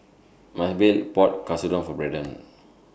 Maebelle bought Katsudon For Braydon